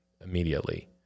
immediately